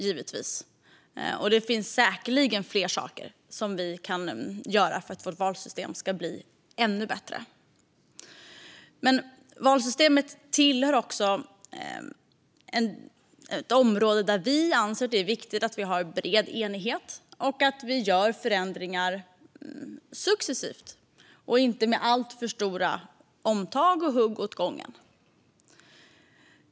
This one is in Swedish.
Det finns säkerligen fler saker vi kan göra för att vårt valsystem ska bli ännu bättre. Men valsystemet är ett område där vi anser att det ska finnas en bred enighet och att förändringar ska göras successivt och inte med alltför stora omtag och hugg åt gången.